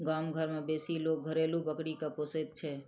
गाम घर मे बेसी लोक घरेलू बकरी के पोसैत छै